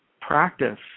practice